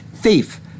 thief